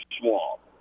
Swamp